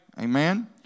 Amen